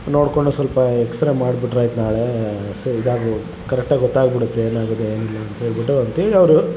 ನೋಡ್ಕೊಂಡು ಸ್ವಲ್ಪ ಎಕ್ಸ್ರೇ ಮಾಡಿಬಿಟ್ರೆ ಆಯ್ತ್ ನಾಳೇ ಸರ್ ಇದು ಕರೆಕ್ಟಾಗಿ ಗೊತ್ತಾಗಿ ಬಿಡುತ್ತೆ ಏನಾಗಿದೆ ಏನಿಲ್ಲ ಅಂತೇಳಿ ಬಿಟ್ಟು ಅಂತೇಳಿ ಅವರು